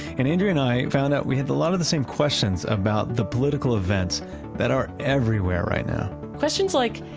and andrea and i found out we had a lot of the same questions about the political events that are everywhere right now questions like,